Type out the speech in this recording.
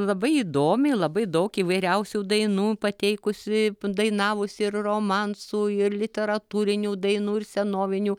labai įdomiai labai daug įvairiausių dainų pateikusi dainavusi ir romansų ir literatūrinių dainų ir senovinių